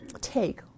take